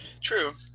True